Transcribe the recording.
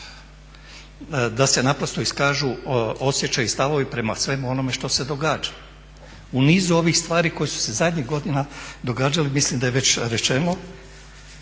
da se naprosto iskažu osjećaji i stavovi prema svemu onome što se događa. U nizu ovih stvari koje su se zadnjih godina događale, mislim da je već rečeno,